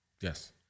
Yes